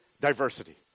diversity